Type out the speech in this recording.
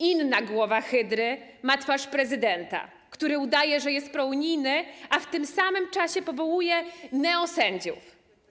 Inna głowa hydry ma twarz prezydenta, który udaje, że jest prounijny, a w tym samym czasie powołuje neosędziów.